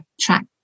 track